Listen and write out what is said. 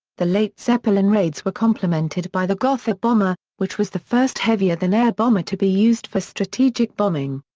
the late zeppelin raids were complemented by the gotha bomber, which was the first heavier-than-air bomber to be used for strategic bombing.